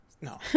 No